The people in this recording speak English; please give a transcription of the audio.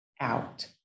out